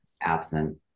absent